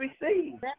receive